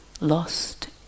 lost